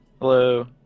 Hello